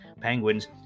penguins